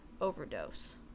overdose